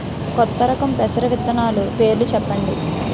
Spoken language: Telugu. కొత్త రకం పెసర విత్తనాలు పేర్లు చెప్పండి?